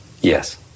Yes